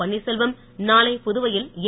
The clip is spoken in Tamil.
பன்னீர்செல்வம் நாளை புதுவையில் என்